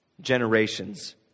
generations